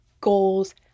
goals